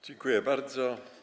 Dziękuję bardzo.